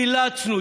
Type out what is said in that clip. אילצנו,